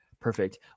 Perfect